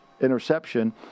interception